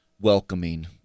welcoming